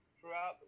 throughout